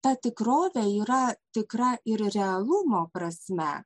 ta tikrovė yra tikra ir realumo prasme